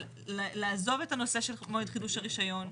אבל לעזוב את הנושא של מועד חידוש הרישיון.